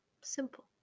Simple